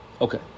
Okay